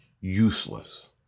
useless